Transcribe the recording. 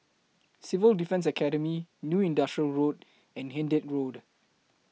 Civil Defence Academy New Industrial Road and Hindhede Road